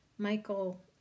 Michael